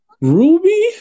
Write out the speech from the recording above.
Ruby